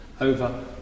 over